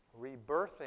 rebirthing